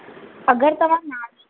अगरि तव्हां नाश्तो